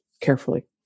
carefully